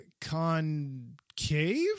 concave